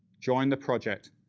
join the project,